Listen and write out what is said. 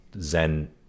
Zen